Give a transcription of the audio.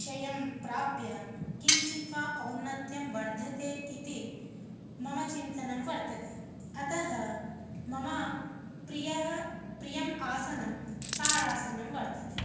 क्षयं प्राप्य किञ्चित् वा औन्नत्यं वर्धते इति मम चिन्तनं वर्तते अतः मम प्रियः प्रियम् आसनं ताडासनं वर्तते